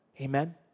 Amen